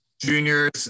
juniors